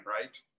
right